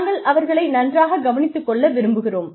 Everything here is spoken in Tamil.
நாங்கள் அவர்களை நன்றாக கவனித்துக் கொள்ள விரும்புகிறோம்